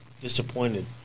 disappointed